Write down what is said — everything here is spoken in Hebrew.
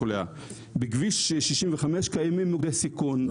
בכביש 65 קיימים מוקדי סיכון.